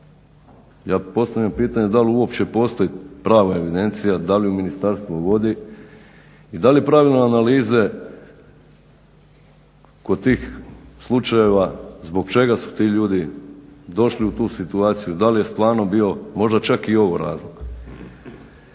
Ja postavljam pitanje da li uopće postoji prava evidencija, da li ju ministarstvo vodi i da li pravilne analize kod tih slučajeva zbog čega su ti ljudi došli u tu situaciju, da li je stvarno bio možda čak i ovo razlog?